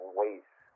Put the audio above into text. waste